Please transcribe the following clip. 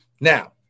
now